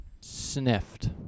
Sniffed